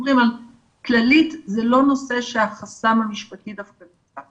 כללית זה לא נושא שהחסם המשפטי דווקא נתקע.